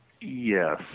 Yes